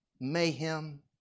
mayhem